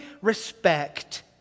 respect